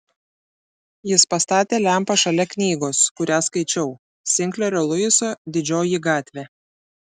jis pastatė lempą šalia knygos kurią skaičiau sinklerio luiso didžioji gatvė